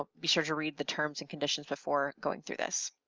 ah be sure to read the terms and conditions before going through this.